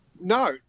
No